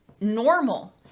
normal